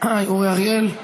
אורי אריאל.